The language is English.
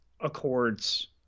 accords